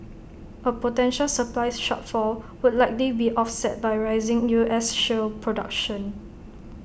A potential supplies shortfall would likely be offset by rising U S shale production